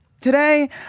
Today